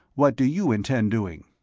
what do you intend doing?